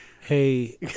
hey